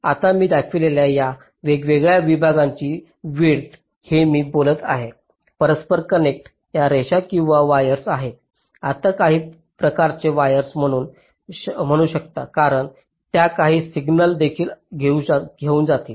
आता मी दाखवलेल्या या वेगवेगळ्या विभागांची विड्थ हे मी बोलत आहे परस्पर कनेक्ट या रेषा किंवा वायर्स आहेत आपण काही प्रकारचे वायर्से म्हणू शकता कारण त्या काही सिग्नल देखील घेऊन जातील